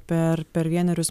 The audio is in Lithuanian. per per vienerius